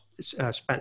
spent